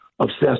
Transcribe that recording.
obsessed